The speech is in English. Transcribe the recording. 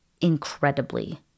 incredibly